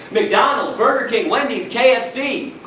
mcdonalds, burger king, wendy's, kfc.